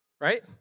Right